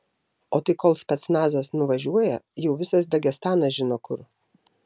o tai kol specnazas nuvažiuoja jau visas dagestanas žino kur